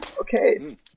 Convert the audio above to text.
Okay